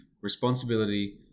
responsibility